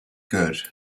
good